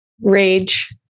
Rage